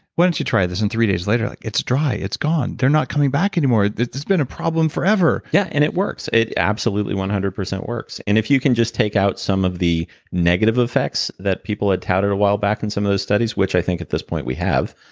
why don't you try this. and three days later, like, it's dry! it's gone they're not coming back anymore. this has been a problem forever! yeah, and it works. it absolutely one hundred percent works. and if you can just take out some of the negative effects that people had touted a while back in some of those studies, which i think at this point we have,